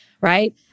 right